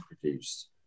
produced